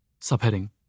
Subheading